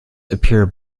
appear